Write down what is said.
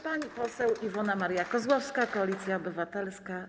Pani poseł Iwona Maria Kozłowska, Koalicja Obywatelska.